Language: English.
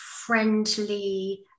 friendly